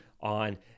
on